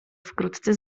wkrótce